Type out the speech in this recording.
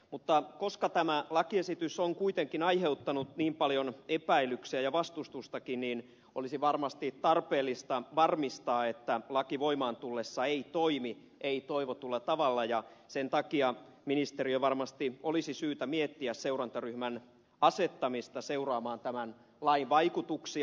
mutta koska tämä lakiesitys on kuitenkin aiheuttanut niin paljon epäilyksiä ja vastustustakin olisi varmasti tarpeellista varmistaa että laki voimaan tullessaan ei toimi ei toivotulla tavalla ja sen takia ministerin varmasti olisi syytä miettiä seurantaryhmän asettamista seuraamaan tämän lain vaikutuksia